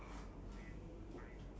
at uh